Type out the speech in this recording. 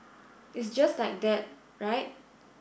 it's just like that right